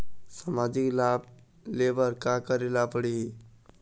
सामाजिक लाभ ले बर का करे ला पड़ही?